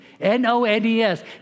N-O-N-E-S